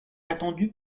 attendu